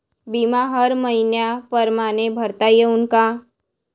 बिमा हर मइन्या परमाने भरता येऊन का?